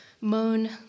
Moan